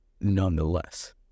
nonetheless